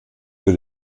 für